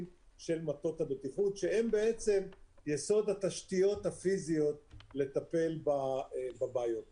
של מטות הבטיחות שהם בעצם יסוד התשתיות הפיזיות לטפל בבעיות האלה.